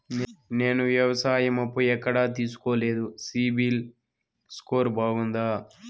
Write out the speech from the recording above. నేను వ్యవసాయం అప్పు ఎక్కడ తీసుకోలేదు, సిబిల్ స్కోరు బాగుందా?